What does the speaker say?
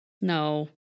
No